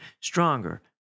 stronger